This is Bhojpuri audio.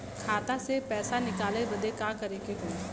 खाता से पैसा निकाले बदे का करे के होई?